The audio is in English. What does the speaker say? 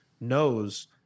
knows